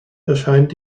erscheint